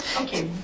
Okay